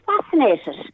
fascinated